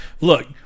Look